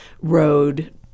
road